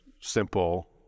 simple